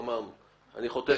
בינלאומי.